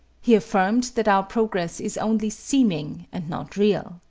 he affirmed that our progress is only seeming and not real.